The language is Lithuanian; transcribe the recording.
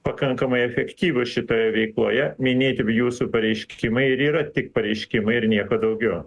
pakankamai efektyvūs šitoje veikloje minėti jūsų pareiškimai ir yra tik pareiškimai ir nieko daugiau